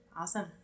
Awesome